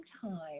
time